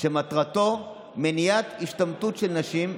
שמטרתו מניעת השתמטות, של נשים,